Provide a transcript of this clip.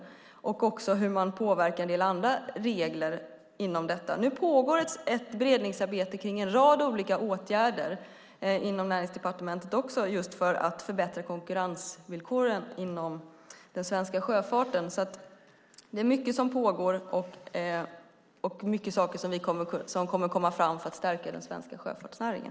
Det handlar också om hur man påverkar en del andra regler inom detta. Nu pågår ett beredningsarbete också inom Näringsdepartementet kring en rad olika åtgärder just för att förbättra konkurrensvillkoren inom den svenska sjöfarten. Det är alltså mycket som pågår och många saker som kommer att komma fram för att stärka den svenska sjöfartsnäringen.